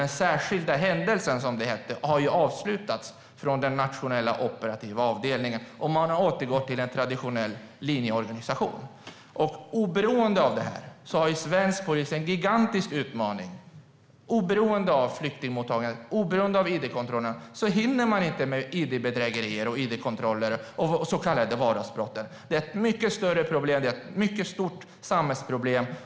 Den särskilda händelsen - som det hette - har avslutats av Nationella operativa avdelningen och man har återgått till en traditionell linjeorganisation. Oberoende av dessa frågor står svensk polis inför en gigantisk utmaning. Oberoende av flyktingmottagandet och id-kontrollerna hinner polisen inte med id-bedrägerier, id-kontroller och så kallade vardagsbrott. Det är ett mycket stort samhällsproblem.